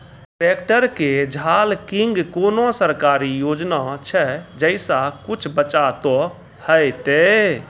Tractor के झाल किंग कोनो सरकारी योजना छ जैसा कुछ बचा तो है ते?